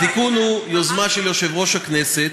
התיקון הוא יוזמה של יושב-ראש הכנסת,